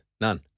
none